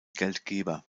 geldgeber